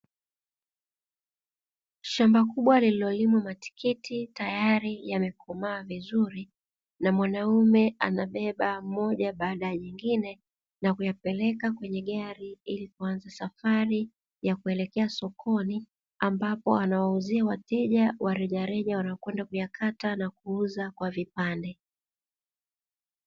Shamba kubwa lililolimwa matikiti tayali yamekomaa vizuri, na mwanaume anabeba moja baada ya jingine, na kuyapeleka kwenye gari ili kuanza safari ya kuelekea sokoni, ambapo anawauzia wateja wa reja reja wanaenda kuyakata na kuuza kwa vipande.